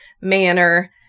manner